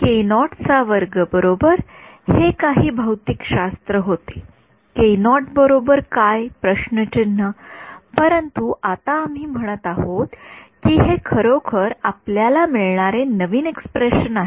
केनॉट चा वर्ग बरोबर हे काही भौतिकशास्त्र होते परंतु आता आम्ही म्हणत आहोत की हे खरोखर आपल्याला मिळणारे नवीन एक्स्प्रेशन आहे